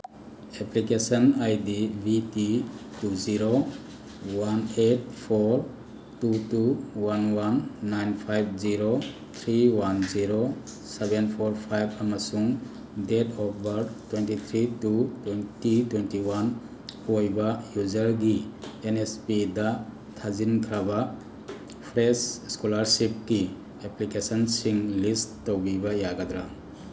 application I D V T two zero one eight four two two one one nine five zero three one zero seven four five ꯑꯃꯁꯨꯡ date of birth twenty three two twenty twenty one ꯑꯣꯏꯕ ꯌꯨꯖꯔꯒꯤ ꯑꯦꯟꯑꯦꯁꯄꯤꯗ ꯊꯥꯖꯤꯟꯈ꯭ꯔꯕ fresh ꯏꯁꯀꯣꯂꯥꯔꯁꯤꯞꯀꯤ ꯑꯦꯄ꯭ꯂꯤꯀꯦꯁꯟꯁꯤꯡ ꯂꯤꯁ ꯇꯧꯕꯤꯕ ꯌꯥꯒꯗ꯭ꯔꯥ